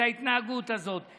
את ההתנהגות הזאת.